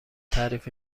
تعریف